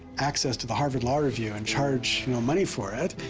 access to the harward law review and charge you know money for it,